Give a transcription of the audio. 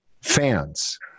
fans